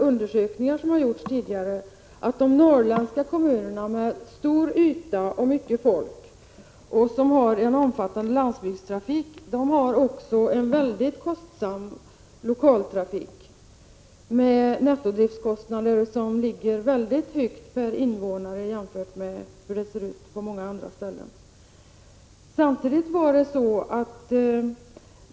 Undersökningar som har gjorts tidigare visar att de norrländska kommunerna med stor yta och mycket folk och med en omfattande landsbygdstrafik också har en väldigt kostsam lokaltrafik med nettodriftkostnader som ligger mycket högt per invånare jämfört med hur det ser ut på många andra ställen.